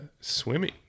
swimming